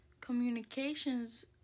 communications